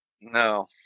No